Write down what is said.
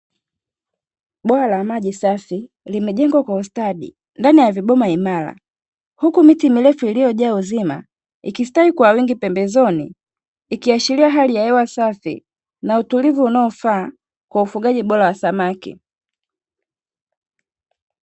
Bwawa la maji safi, limejengwa kwa ustadi, ndani ya vibomba imara. Huku miti mirefu iliyojaa uzima, ikistawi kwa wingi pembezoni. Hii Ikiashiria hali ya hewa safi na utulivu unaofaa kwa ufugaji bora wa samaki.